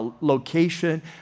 location